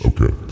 Okay